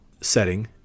setting